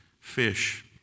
fish